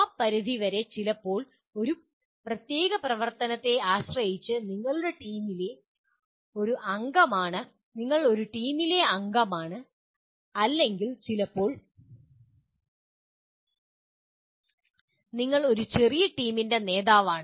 ആ പരിധി വരെ ചിലപ്പോൾ ഒരു പ്രത്യേക പ്രവർത്തനത്തെ ആശ്രയിച്ച് നിങ്ങൾ ഒരു ടീമിലെ അംഗമാണ് അല്ലെങ്കിൽ ചിലപ്പോൾ നിങ്ങൾ ഒരു ചെറിയ ടീമിന്റെ നേതാവാണ്